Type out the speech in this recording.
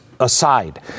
aside